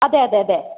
അതെ അതെ അതെ